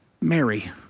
Mary